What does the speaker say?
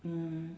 mm